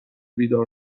بیدار